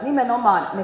nimenomaan ne